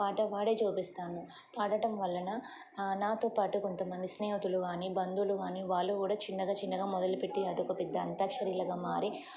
పాట పాడే చూపిస్తాను పాడటం వలన నాతో పాటు కొంతమంది స్నేహితులు కాని బంధువులు కాని వాళ్ళు కూడా చిన్నగా చిన్నగా మొదలుపెట్టి అదొక పెద్ద అంత్యాక్షరీలుగా మారి